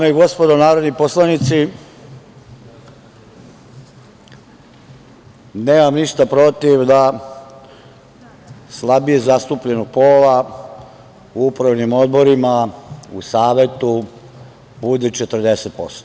Dame i gospodo narodni poslanici, nemam ništa protiv da slabije zastupljenog pola u upravnim odborima, u savetu bude 40%